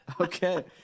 Okay